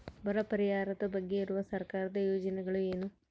ಬರ ಪರಿಹಾರದ ಬಗ್ಗೆ ಇರುವ ಸರ್ಕಾರದ ಯೋಜನೆಗಳು ಏನು?